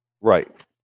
Right